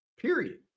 Period